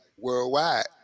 Worldwide